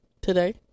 today